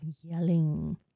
yelling